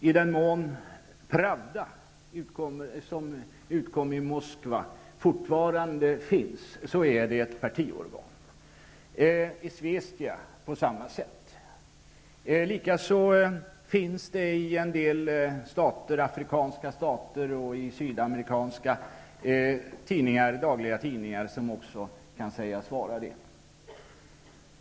I den mån Pravda, som utkom i Moskva, fortfarande finns är den ett partiorgan. Isvestija är det på samma sätt. Likaså finns i en del afrikanska och sydamerikanska stater dagstidningar som kan sägas vara partiorgan.